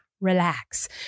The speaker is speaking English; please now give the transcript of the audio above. RELAX